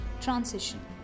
Transition